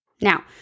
Now